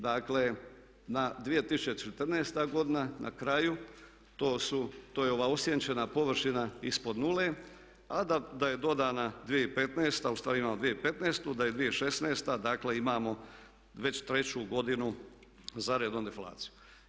Dakle, na 2014. godina na kraju to su, to je ova osjenčana površina ispod nule, a da je dodana 2015. u stvari imamo 2015. da je 2016. dakle imamo već treću godinu za redom deflaciju.